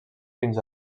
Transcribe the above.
fins